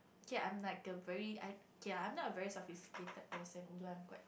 K I'm like a very I K I'm not a very sophisticated person although I'm quite